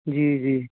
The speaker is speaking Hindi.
जी जी